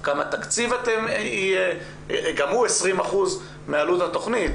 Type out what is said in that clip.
נתונים כמה תקציב --- גם הוא 20% מעלות התוכנית.